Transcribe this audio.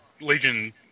Legion